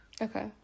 Okay